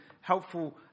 helpful